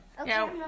Okay